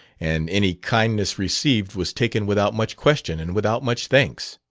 and any kindness received was taken without much question and without much thanks.